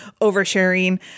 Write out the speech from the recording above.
oversharing